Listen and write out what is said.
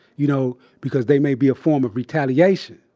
you know, because they may be a form of retaliation.